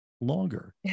longer